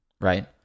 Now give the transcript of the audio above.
right